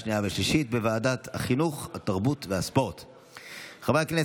לוועדת החינוך, התרבות והספורט נתקבלה.